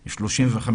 הוא 35%,